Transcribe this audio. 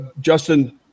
Justin –